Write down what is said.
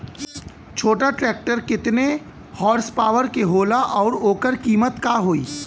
छोटा ट्रेक्टर केतने हॉर्सपावर के होला और ओकर कीमत का होई?